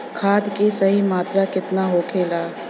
खाद्य के सही मात्रा केतना होखेला?